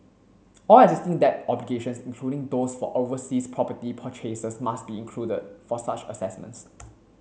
all existing debt obligations including those for overseas property purchases must be included for such assessments